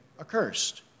accursed